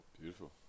Beautiful